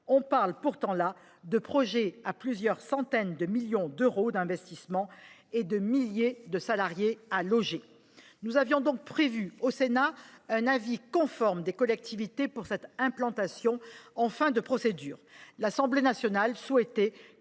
Il s’agit pourtant de projets représentant plusieurs centaines de millions d’euros d’investissement et des milliers d’employés à loger. Nous avions donc prévu, au Sénat, un avis conforme des collectivités pour cette implantation, en fin de procédure ; l’Assemblée nationale souhaitait